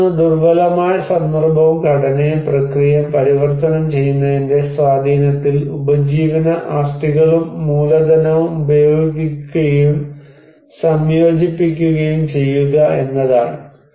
അതിലൊന്ന് ദുർബലമായ സന്ദർഭവും ഘടനയും പ്രക്രിയയും പരിവർത്തനം ചെയ്യുന്നതിന്റെ സ്വാധീനത്തിൽ ഉപജീവന ആസ്തികളും മൂലധനവും ഉപയോഗിക്കുകയും സംയോജിപ്പിക്കുകയും ചെയ്യുക എന്നതാണ്